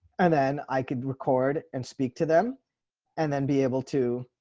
and then i could record and speak to them and then be able to